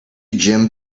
gym